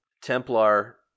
Templar